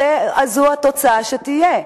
זו התוצאה שתהיה,